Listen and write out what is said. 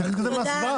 צריך להתקדם להצבעה.